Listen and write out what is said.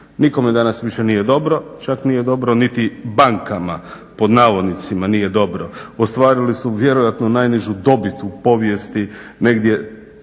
Nikome danas više nije dobro, čak nije dobro niti bankama, "nije dobro". Ostvarili su vjerojatno najnižu dobit u povijesti, negdje